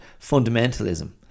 fundamentalism